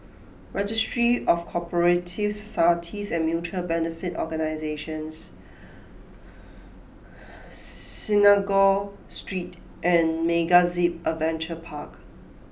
Registry of Co operative Societies and Mutual Benefit Organisations Synagogue Street and MegaZip Adventure Park